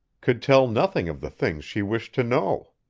could tell nothing of the things she wished to know?